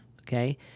Okay